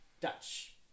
Dutch